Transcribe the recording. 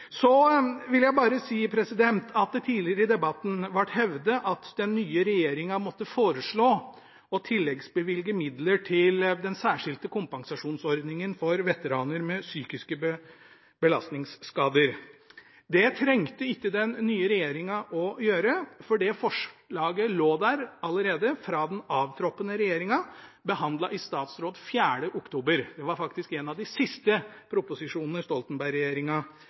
Så vil jeg bare si at det tidligere i debatten ble hevdet at den nye regjeringen måtte foreslå å tilleggsbevilge midler til den særskilte kompensasjonsordningen for veteraner med psykiske belastningsskader. Det trengte ikke den nye regjeringen å gjøre, for det forslaget lå der allerede fra den avtroppende regjeringen, behandlet i statsråd 4. oktober. Det var faktisk en av de siste proposisjonene